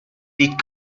did